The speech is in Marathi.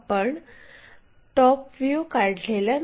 आपण टॉप व्ह्यू काढलेला नाही